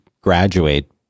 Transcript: graduate